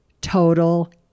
total